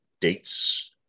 dates